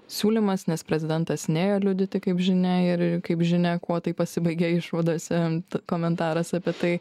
siūlymas nes prezidentas nėjo liudyti kaip žinia ir kaip žinia kuo tai pasibaigė išvadose ant komentaras apie tai